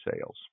sales